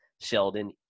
Sheldon